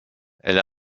elle